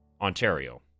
Ontario